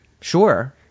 Sure